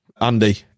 Andy